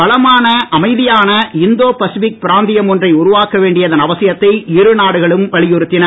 வளமான அமைதியான Indo Pacific பிராந்தியம் ஒன்றை உருவாக்க வேண்டியதன் அவசியத்தை இரு நாடுகளும் வலியுறுத்தின